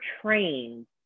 trained